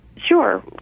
Sure